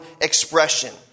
expression